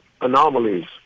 anomalies